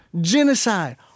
genocide